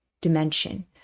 dimension